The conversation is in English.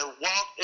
walk